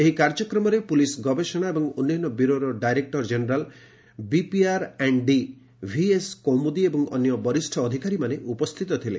ଏହି କାର୍ଯ୍ୟକ୍ରମରେ ପୁଲିସ ଗବେଷଣା ଏବଂ ଉନ୍ୟନ ବ୍ୟୁରୋର director general BPR and D VS Kaumudi ଏବଂ ଅନ୍ୟ ବରିଷ୍ଠ ଅଧିକାରୀମାନେ ଉପସ୍ଥିତ ଥିଲେ